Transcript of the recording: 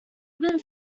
album